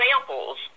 examples